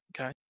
Okay